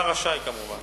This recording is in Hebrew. השר רשאי, כמובן.